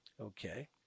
Okay